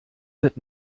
wird